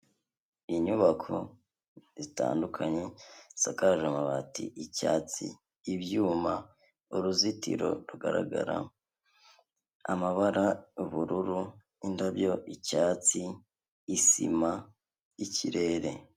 Inyubako zitandukanye zisakaje amabati y'icyatsi, ibyuma uruzitiro rugaragara amabara, ubururu, indabyo, icyatsi, isima, ikirere.